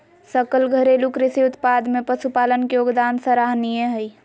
सकल घरेलू कृषि उत्पाद में पशुपालन के योगदान सराहनीय हइ